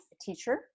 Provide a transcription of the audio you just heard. teacher